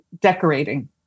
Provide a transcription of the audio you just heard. decorating